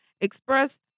express